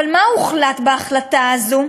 אבל מה הוחלט בהחלטה הזאץ?